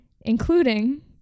including